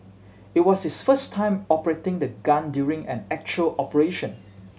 it was his first time operating the gun during an actual operation